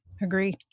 Agree